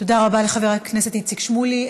תודה רבה לחבר הכנסת איציק שמולי.